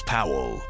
Powell